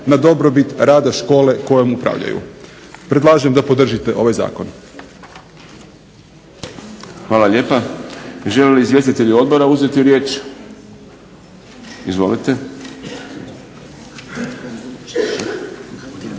na dobrobit rada škole kojom upravljaju. Predlažem da podržite ovaj zakon. **Šprem, Boris (SDP)** Hvala lijepa. Žele li izvjestitelji odbora uzeti riječ? Izvolite. Izvolite